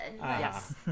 Yes